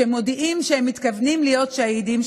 שמודיעים שהם מתכוונים להיות שהידים,